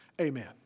Amen